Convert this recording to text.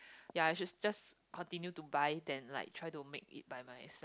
ya I should just continue to buy than like try to make it by my